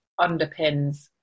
underpins